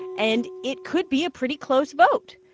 and it could be a pretty close vote.